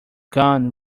gone